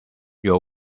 your